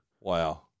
Wow